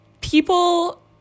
people